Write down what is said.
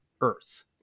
Earth